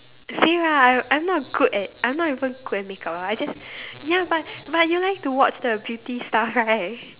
same ah I I'm not good at I'm not even good at make-up ah I just ya but but you like to watch the beauty stuff right